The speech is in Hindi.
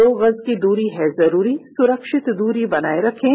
दो गज की दूरी है जरूरी सुरक्षित दूरी बनाए रखें